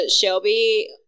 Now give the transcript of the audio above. Shelby